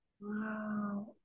Wow